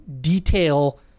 detail